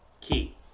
key